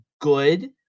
good